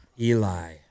Eli